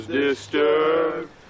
disturbed